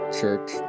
Church